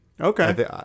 Okay